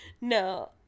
No